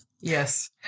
Yes